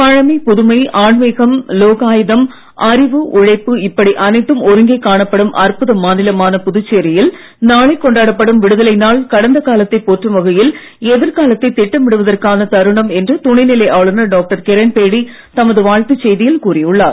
பழமை புதுமை ஆன்மிகம் லோகாயதம் அறிவு உழைப்பு இப்படி அனைத்தும் ஒருங்கே காணப்படும் அற்புத மாநிலமான புதுச்சேரியில் நாளை கொண்டாடப்படும் விடுதலை நாள் கடந்த காலத்தை போற்றும் வகையில் எதிர்காலத்தை திட்டமிடுவதற்கான தருணம் என்று துணை நிலை ஆளுநர் டாக்டர் கிரண்பேடி தமது வாழ்த்துச் செய்தியில் சுடறி உள்ளார்